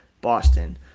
Boston